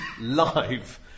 live